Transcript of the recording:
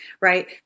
right